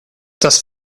das